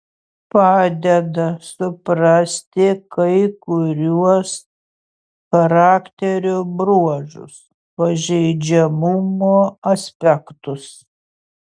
padeda suprasti kai kuriuos charakterio bruožus pažeidžiamumo aspektus